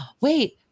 wait